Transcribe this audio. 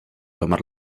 tomar